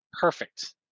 Perfect